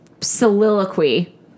soliloquy